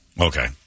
Okay